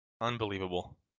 Unbelievable